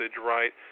right